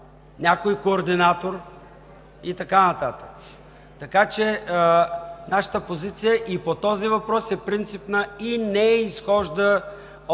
някой координатор, и така нататък. Нашата позиция по този въпрос е принципна и не изхожда от